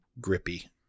grippy